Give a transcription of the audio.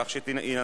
לך יש